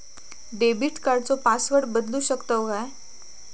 Debit कार्डचो password बदलु शकतव काय?